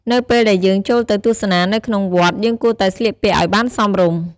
នៅពេលដែលយើងចូលទៅទស្សនានៅក្នុងវត្ត យើងគួរតែស្លៀកពាក់ឱ្យបានសមរម្យ ។